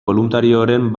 boluntarioren